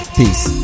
peace